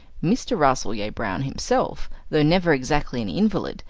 mr. rasselyer-brown himself, though never exactly an invalid,